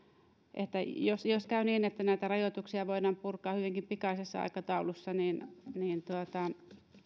jos käy niin että näitä rajoituksia voidaan purkaa hyvinkin pikaisessa aikataulussa